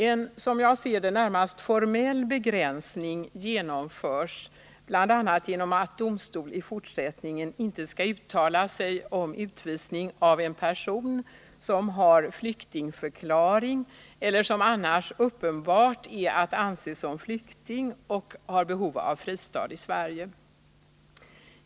En som jag ser det närmast formell begränsning genomförs bl.a. genom att domstol i fortsättningen inte skall uttala sig om utvisning av en person som har flyktingförklaring eller som annars uppenbart är att anse som flykting och har behov av fristad i Sverige.